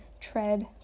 tread